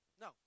No